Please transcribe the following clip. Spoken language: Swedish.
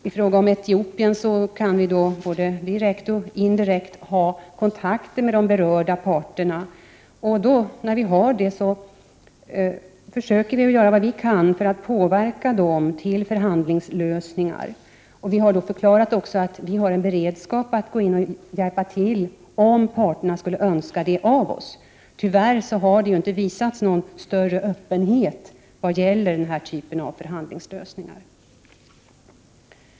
I fråga om Etiopien kan vi både direkt och indirekt ha kontakter med de berörda parterna. När vi har det försöker vi göra vad vi kan för att påverka dem till att åstadkomma förhandlingslösningar. Vi har också förklarat att vi har en beredskap för att gå in och hjälpa till om parterna skulle önska det av oss. Tyvärr har det inte visats någon större öppenhet vad gäller den här typen av förhandlingslösningar.